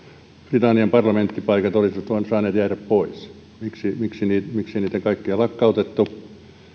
britannian parlamenttipaikat olisivat saaneet jäädä pois miksei niitä kaikkia lakkautettu